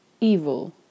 Evil